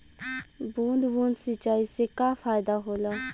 बूंद बूंद सिंचाई से का फायदा होला?